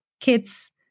kids